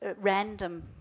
random